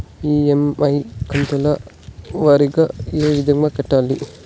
EMI కంతుల వారీగా ఏ విధంగా కట్టాలి